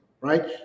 right